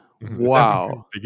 Wow